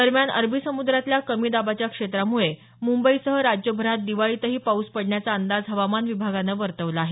दरम्यान अरबी समुद्रातल्या कमी दाबाच्या क्षेत्रामुळे मुंबईसह राज्यभरात दिवाळीतही पाऊस पडण्याचा अंदाज हवामान विभागानं वर्तवला आहे